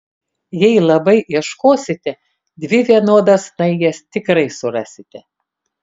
jei labai ieškosite dvi vienodas snaiges tikrai surasite